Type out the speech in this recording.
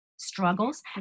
struggles